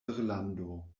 irlando